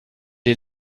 est